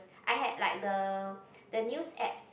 I had like the the news apps